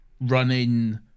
running